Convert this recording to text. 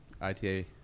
ITA